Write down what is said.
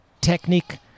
technique